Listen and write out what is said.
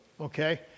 Okay